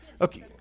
Okay